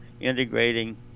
integrating